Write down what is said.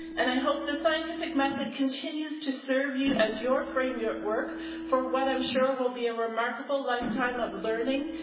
and i hope the scientific method continues to serve you as you frame your work for what i'm sure will be a remarkable lifetime of learning,